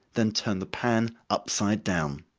then turn the pan upside down.